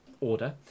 order